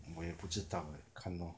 我也不知道 leh 看 lor